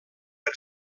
per